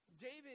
David